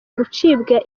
gucibwa